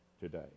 today